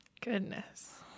Goodness